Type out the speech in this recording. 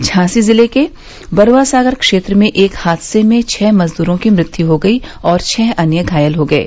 झांसी ज़िले के बरूआ सागर क्षेत्र में एक हादसे में छः मज़द्रों की मृत्यु हो गई और छः अन्य घायल हो गये